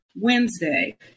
Wednesday